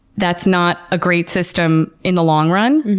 that's not a great system in the long run